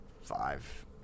Five